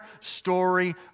story